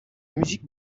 musique